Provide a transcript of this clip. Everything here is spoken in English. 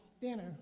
dinner